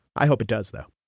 i hope it does though